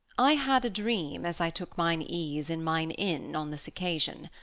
i had a dream as i took mine ease in mine inn on this occasion.